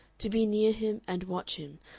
to be near him and watch him,